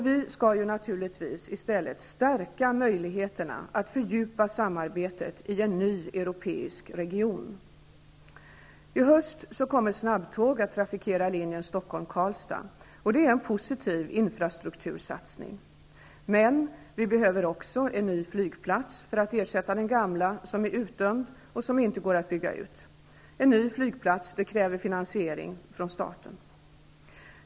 Vi skall naturligtvis i stället stärka möjligheterna att fördjupa samarbetet i en ny europeisk region. Stockholm--Karlstad. Det är en positiv infrastruktursatsning. Men vi behöver också en ny flygplats för att ersätta den gamla, som är utdömd och som inte går att bygga ut. En ny flygplats kräver finansiering från staten.